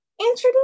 introduce